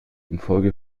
infolge